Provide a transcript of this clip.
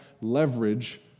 leverage